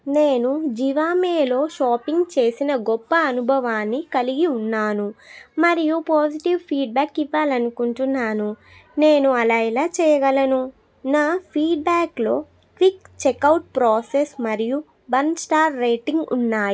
నేను జివామేలో షాపింగ్ చేసిన గొప్ప అనుభవాన్ని కలిగి ఉన్నాను మరియు పాజిటివ్ ఫీడ్బ్యాక్ ఇవ్వాలనుకుంటున్నాను నేను అలా ఎలా చేయగలను నా ఫీడ్బ్యాక్లో క్విక్ చెక్ అవుట్ ప్రాసెస్ మరియు వన్ స్టార్ రేటింగ్ ఉన్నాయి